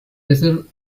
reserve